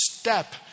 step